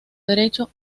derecho